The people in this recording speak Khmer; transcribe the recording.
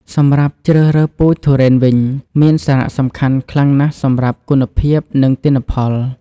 សម្រាប់ជ្រើសរើសពូជទុរេនវិញ មានសារៈសំខាន់ខ្លាំងណាស់សម្រាប់គុណភាព និងទិន្នផល។